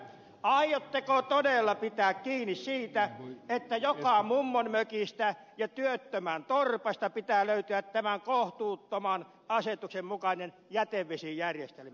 aiotteko todella pitää kiinni siitä että joka mummonmökistä ja työttömän torpasta pitää löytyä tämän kohtuuttoman asetuksen mukainen jätevesijärjestelmä